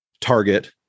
target